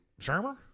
Shermer